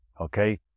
Okay